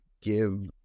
give